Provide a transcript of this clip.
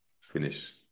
finish